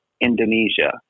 Indonesia